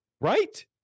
Right